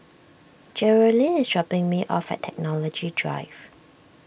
Jerrilyn is dropping me off at Technology Drive